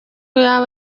yaba